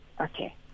Okay